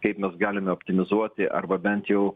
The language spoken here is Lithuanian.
kaip mes galime optimizuoti arba bent jau